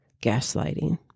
gaslighting